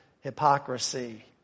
hypocrisy